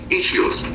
issues